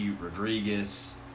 Rodriguez